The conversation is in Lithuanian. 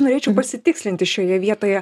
norėčiau pasitikslinti šioje vietoje